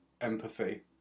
empathy